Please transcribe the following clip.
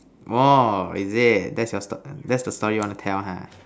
!whoa! is it that's your stor~ that's the story you want to tell ha